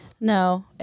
No